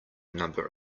number